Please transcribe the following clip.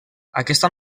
aquesta